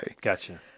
Gotcha